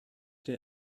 der